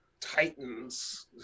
titans